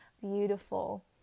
beautiful